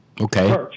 Okay